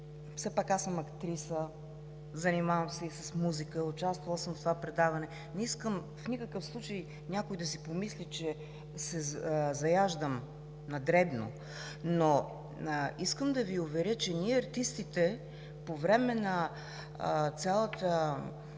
все пак аз съм актриса, занимавам се и с музика, участвала съм в това предаване, но не искам в никакъв случай някой да си помисли, че се заяждам на дребно. Искам да Ви уверя, че ние артистите по време на цялото